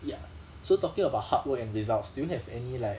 ya so talking about hard work and results do you have any like